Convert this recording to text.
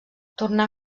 tornà